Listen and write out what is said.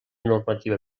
normativa